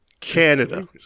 Canada